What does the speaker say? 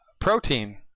protein